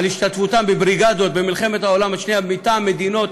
על השתתפותם בבריגדות במלחמת העולם השנייה מטעם מדינות